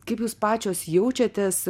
kaip jūs pačios jaučiatės